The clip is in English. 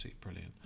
brilliant